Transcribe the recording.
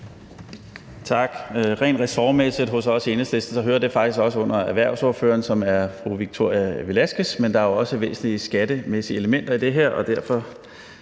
Tak. Rent ressortmæssigt hos os i Enhedslisten hører det faktisk også under erhvervsordføreren, som er fru Victoria Velasquez, men der er jo også væsentlige skattemæssige elementer i det her, og derfor